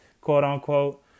quote-unquote